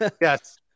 Yes